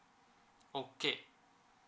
okay